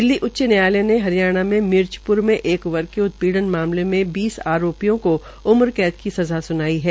दिल्ली उच्च न्यायालय ने हरियाणा में मिर्चप्र में एक वर्ग के उत्पीड़न मामले में बीस आरोपियों को सज़ा सुनाई है